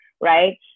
right